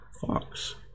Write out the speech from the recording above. Fox